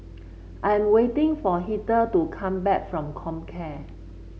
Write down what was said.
I'm waiting for Heather to come back from Comcare